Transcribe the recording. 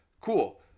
Cool